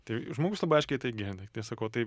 tai žmogus labai aiškiai tai girdi tai aš sakau tai